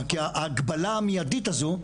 כי ההגבלה המיידית הזו,